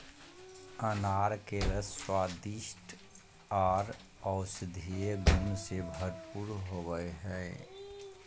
अनार के रस स्वादिष्ट आर औषधीय गुण से भरपूर होवई हई